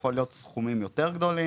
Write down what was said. יכול להיות סכומים יותר גדולים.